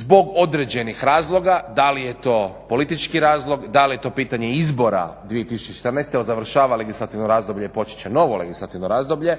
zbog određenih razloga da li je to politički razlog, da li je to pitanje izbora 2014.jer završava legislativno razdoblje i počet će novo legislativno razdoblje